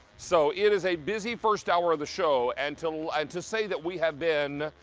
so it is a busy first hour of the show. and to like to say that we have been